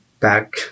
back